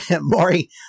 Maury